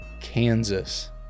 Kansas